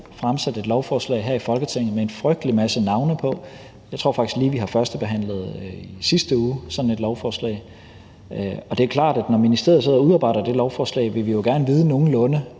fremsat et lovforslag her i Folketinget med en frygtelig masse navne på. Jeg tror faktisk, at vi i sidste uge lige har førstebehandlet sådan et lovforslag. Det er klart, at vi, når ministeriet sidder udarbejder det lovforslag, gerne vil vide nogenlunde,